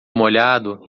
molhado